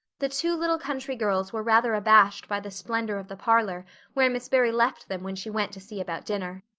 the two little country girls were rather abashed by the splendor of the parlor where miss barry left them when she went to see about dinner.